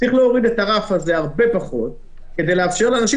צריך להוריד את הרף הזה הרבה כדי לאפשר לאנשים